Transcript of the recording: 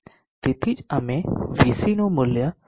તેથી જ અમે VC મૂલ્ય 0